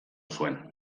zuen